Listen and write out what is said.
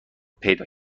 پیدا